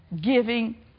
giving